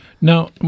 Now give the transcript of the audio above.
Now